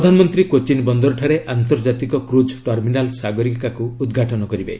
ପ୍ରଧାନମନ୍ତ୍ରୀ କୋଚିନ୍ ବନ୍ଦରଠାରେ ଆନ୍ତର୍ଜାତିକ କ୍ରୁଜ୍ ଟର୍ମିନାଲ୍ 'ସାଗରିକା'କୁ ଉଦ୍ଘାଟନ କରିବେ